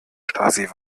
stasi